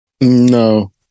No